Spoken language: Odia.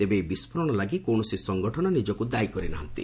ତେବେ ଏହି ବିସ୍ଫୋରଣ ପାଇଁ କୌଣସି ସଂଗଠନ ନିଜକୁ ଦାୟି କରି ନାହାନ୍ତି